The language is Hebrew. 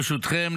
ברשותכם,